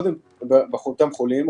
קודם באותם חולים,